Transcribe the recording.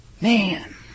Man